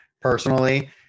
personally